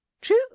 True